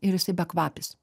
ir jisai bekvapis